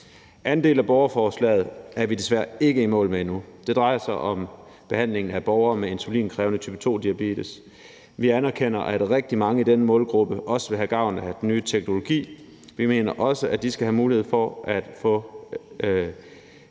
del af borgerforslaget er vi desværre ikke i mål med endnu. Det drejer sig om behandling af borgere med insulinkrævende type 2-diabetes. Vi anerkender, at rigtig mange i den målgruppe også vil have gavn af den nye teknologi. Vi mener også, at de skal have mulighed for at få